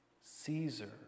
Caesar